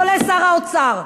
כולל שר האוצר.